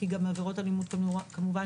כי עבירות אלימות זה גם במשפחה,